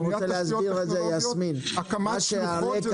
בניית תשתיות טכנולוגיות והקמת שלוחות,